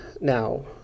now